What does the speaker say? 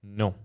no